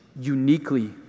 uniquely